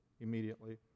immediately